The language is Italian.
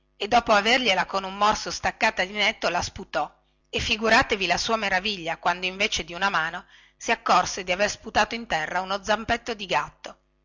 e dopo avergliela con un morso staccata di netto la sputò e figuratevi la sua maraviglia quando invece di una mano si accorse di aver sputato in terra uno zampetto di gatto